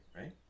right